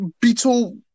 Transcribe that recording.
beetle